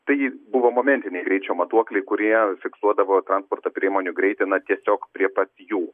tai buvo momentiniai greičio matuokliai kurie fiksuodavo transporto priemonių greitį na tiesiog prie pat jų